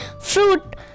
fruit